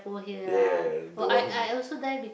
yeah the one who